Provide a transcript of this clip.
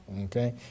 okay